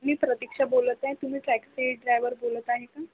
मी प्रतीक्षा बोलत आहे तुम्ही ट्रॅक्सी ड्रायवर बोलत आहे का